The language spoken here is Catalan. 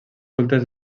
cultes